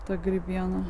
ta grybiena